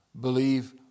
believe